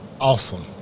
Awesome